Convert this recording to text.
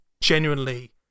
genuinely